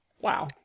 Wow